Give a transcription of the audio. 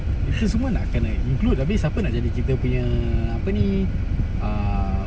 kita semua nak kan nak include tapi siapa nak jadi kita punya apa ni uh